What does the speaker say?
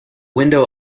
window